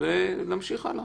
ונמשיך הלאה.